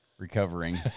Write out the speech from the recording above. Recovering